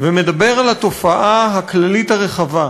ומדבר על התופעה הכללית, הרחבה,